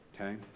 okay